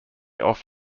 off